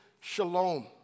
shalom